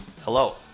Hello